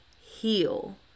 heal